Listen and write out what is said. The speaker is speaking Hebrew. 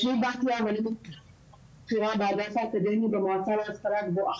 שמי בתיה ואני --- באגף האקדמי במועצה להשכלה גבוהה,